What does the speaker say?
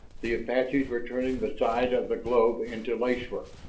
the apaches were turning the side of the globe into lacework.